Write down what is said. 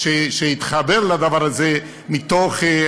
שהתחבר לדבר הזה מתוך,